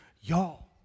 Y'all